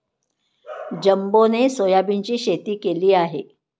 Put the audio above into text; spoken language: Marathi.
जंबोने सोयाबीनची शेती केली आहे